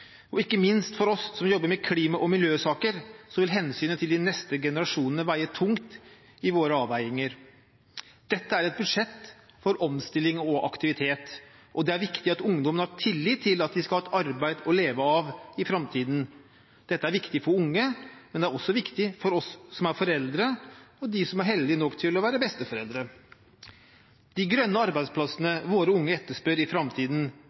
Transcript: Ikke minst for oss som jobber med klima- og miljøsaker, vil hensynet til de neste generasjonene veie tungt i våre avveininger. Dette er et budsjett for omstilling og aktivitet, og det er viktig at ungdommen har tillit til at de skal ha et arbeid å leve av i framtiden. Dette er viktig for unge, men det er også for oss som er foreldre, og dem som er så heldige å være besteforeldre. De grønne arbeidsplassene våre unge etterspør i framtiden,